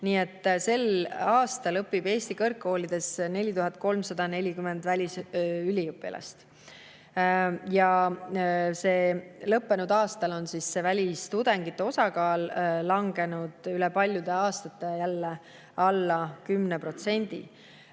nii et sel aastal õpib Eesti kõrgkoolides 4340 välisüliõpilast. Lõppenud aastal on välistudengite osakaal langenud üle paljude aastate jälle alla 10%.